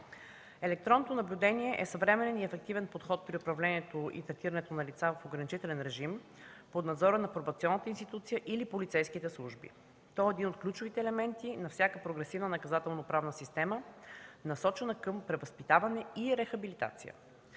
Електронното наблюдение е съвременен и ефективен подход при управлението и третирането на лица в ограничителен режим под надзора на Пробационната институция или полицейските служби. Той е един от ключовите елементи на всяка прогресивна наказателно-правна система, насочена към превъзпитаване и рехабилитация.